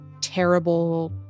terrible